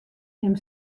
him